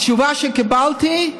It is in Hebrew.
התשובה שקיבלתי: